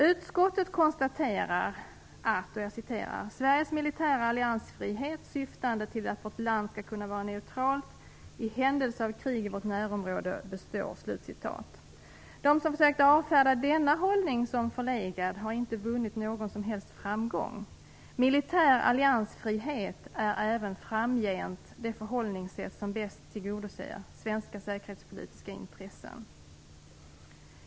Utskottet konstaterar att: "Sveriges militära alliansfrihet syftande till att vårt land skall kunna vara neutralt i händelse av krig i vårt närområde består." De som sökt avfärda denna hållning som förlegad har inte vunnit någon som helst framgång. Militär alliansfrihet är även framgent det förhållningssätt som bäst tillgodoser svenska säkerhetspolitiska intressen.